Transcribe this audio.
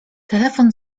telefon